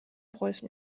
preußen